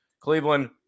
Cleveland